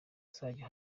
uzajya